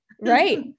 Right